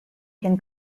can